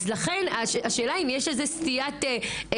השאלה אם יש סטיית תקן?